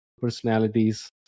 personalities